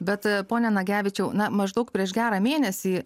bet pone nagevičiau na maždaug prieš gerą mėnesį